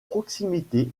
proximité